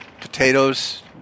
potatoes